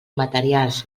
materials